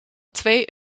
twee